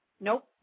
Nope